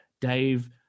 Dave